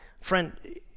Friend